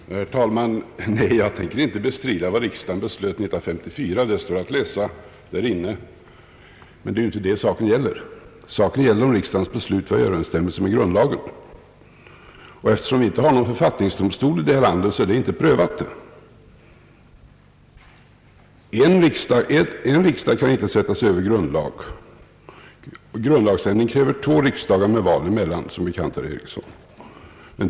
Herr talman! Jag tänker inte bestrida vad riksdagen beslöt 1954! Men det är inte detta saken gäller. Saken gäller om riksdagens beslut var i överensstämmelse med grundlagen. Eftersom vi inte har någon författningsdomstol i det här landet, är det inte prövat. En enstaka riksdag kan inte sätta sig över grundlag. Grundlagsändring kräver beslut av två riksdagar med val emellan, vilket är bekant för herr Ericsson.